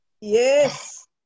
yes